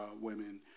women